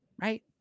Right